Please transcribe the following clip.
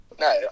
no